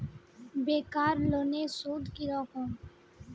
বেকার লোনের সুদ কি রকম?